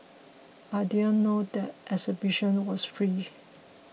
I didn't know that exhibition was free